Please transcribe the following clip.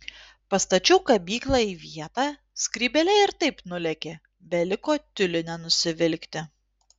pastačiau kabyklą į vietą skrybėlė ir taip nulėkė beliko tiulinę nusivilkti